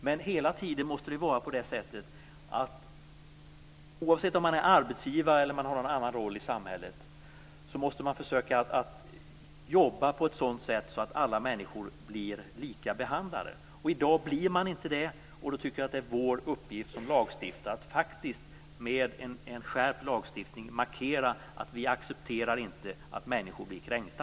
Men oavsett om man är arbetsgivare eller har en annan roll i samhället måste man hela tiden försöka att jobba på ett sådant sätt att alla människor blir lika behandlade. I dag blir de inte det. Då tycker jag att det är vår uppgift som lagstiftare att med en skärpt lagstiftning markera att vi inte accepterar att människor blir kränkta.